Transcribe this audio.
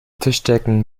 tischdecken